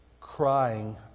crying